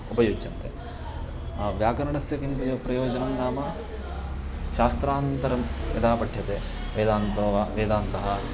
उपयुज्यन्ते व्याकरणस्य किं प्रयोजनं नाम शास्त्रान्तरं यदा पठ्यते वेदान्तो वा वेदान्तः